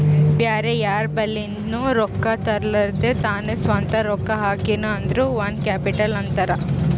ಬ್ಯಾರೆ ಯಾರ್ ಬಲಿಂದ್ನು ರೊಕ್ಕಾ ತರ್ಲಾರ್ದೆ ತಾನೇ ಸ್ವಂತ ರೊಕ್ಕಾ ಹಾಕಿನು ಅಂದುರ್ ಓನ್ ಕ್ಯಾಪಿಟಲ್ ಅಂತಾರ್